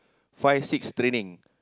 five six training